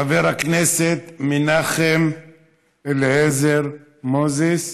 חבר הכנסת מנחם אליעזר מוזס,